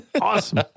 Awesome